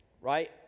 right